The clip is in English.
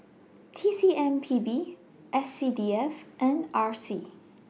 T C M P B S C D F and R C